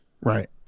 Right